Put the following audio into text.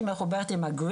היא מחוברת עם השטח,